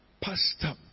Pastor